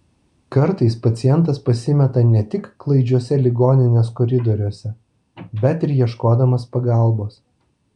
kartais pacientas pasimeta ne tik klaidžiuose ligoninės koridoriuose bet ir ieškodamas pagalbos